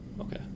Okay